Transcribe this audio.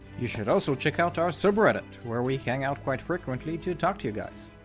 you should also check out our subreddit, where we hang out quite frequently to talk to you guys.